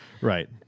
Right